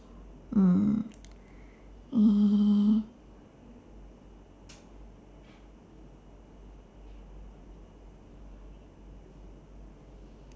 mm uh